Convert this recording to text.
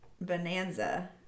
Bonanza